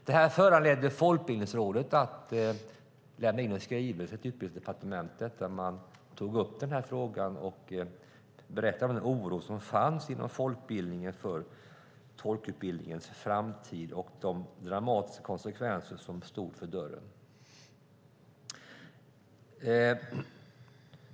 Detta föranledde Folkbildningsrådet att lämna in en skrivelse till Utbildningsdepartementet där man tog upp frågan och berättade om den oro som fanns inom folkbildningen för tolkutbildningens framtid och de dramatiska konsekvenser som stod för dörren.